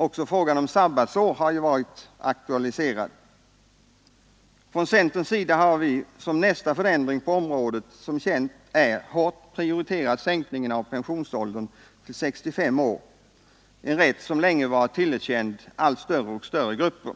Också frågan om sabbatsår har ju aktualiserats. Från centerns sida har vi som nästa förändring på området, som känt är, hårt prioriterat sänkning av pensionsåldern till 65 år, en rätt som länge varit tillerkänd allt större grupper.